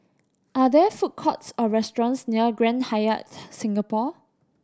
are there food courts or restaurants near Grand Hyatt Singapore